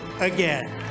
again